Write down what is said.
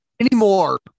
anymore